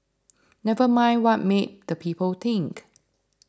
never mind what meet the people think